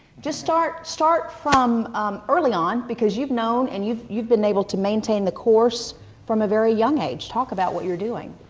just start start from early on, because you've known, and you've you've been able to maintain the course from a very young age. talk about what you're doing.